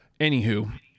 anywho